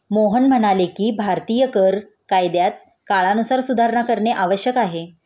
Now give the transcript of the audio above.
मोहन म्हणाले की भारतीय कर कायद्यात काळानुरूप सुधारणा करणे आवश्यक आहे